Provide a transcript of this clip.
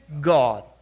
God